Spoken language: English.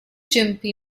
gympie